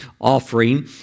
offering